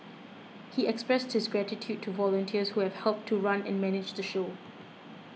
he expressed his gratitude to volunteers who have helped to run and manage the show